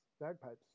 bagpipes